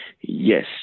Yes